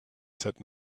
said